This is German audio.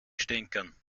stänkern